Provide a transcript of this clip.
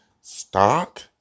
stock